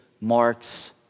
Mark's